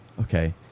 okay